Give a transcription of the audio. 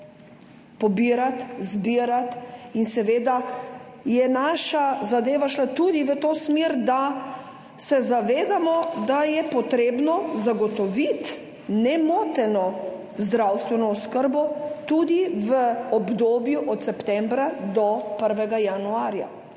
pobirati, zbirati. In seveda je naša zadeva šla tudi v to smer, da se zavedamo, da je potrebno zagotoviti nemoteno zdravstveno oskrbo tudi v obdobju od septembra do 1. januarja.